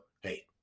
hey